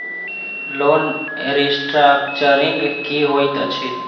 Loan restructuring की होइत अछि?